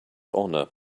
honor